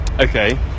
Okay